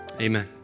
Amen